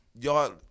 Y'all